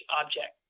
object